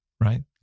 Right